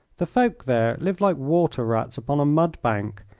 the folk there live like water-rats upon a mud-bank,